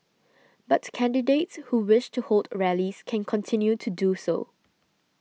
but candidates who wish to hold rallies can continue to do so